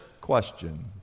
question